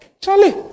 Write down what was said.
Charlie